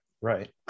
right